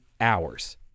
hours